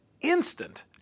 instant